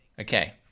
Okay